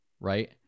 Right